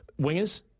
wingers